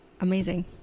Amazing